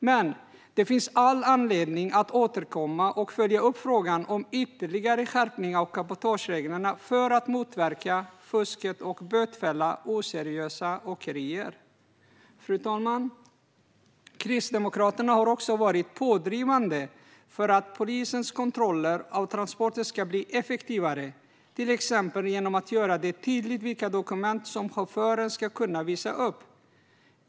Men det finns all anledning att återkomma till detta och följa upp frågan om ytterligare skärpning av cabotagereglerna för att motverka fusket och bötfälla oseriösa åkerier. Fru talman! Kristdemokraterna har också varit pådrivande för att polisens kontroller av transporter ska bli effektivare, till exempel genom att göra det tydligt vilka dokument som chauffören ska kunna visa upp.